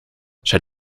zij